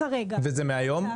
כרגע --- וזה מהיום?